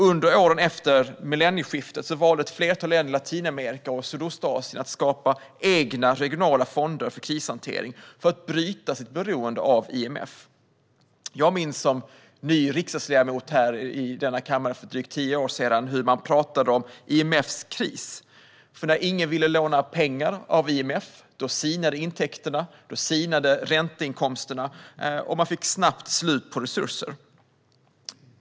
Under åren efter millennieskiftet valde ett flertal länder i Latinamerika och Sydostasien att skapa egna regionala fonder för krishantering för att bryta sitt beroende av IMF. Jag minns som ny riksdagsledamot här i denna kammare för drygt tio år sedan hur man då talade om IMF:s kris. När ingen ville låna pengar av IMF sinade intäkterna och ränteinkomsterna, och man fick snabbt slut på resurser.